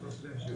בבקשה.